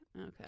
Okay